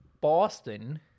Boston